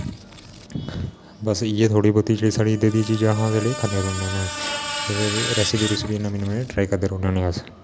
बस इयै थोह्ड़ी बहूती जेहड़ी साडे इद्धर दी चीजां अस खन्ने रौहन्ने हा और रेसिपी नमी नमी ट्राई करदे रौहने आं अस